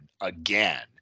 again